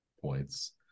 points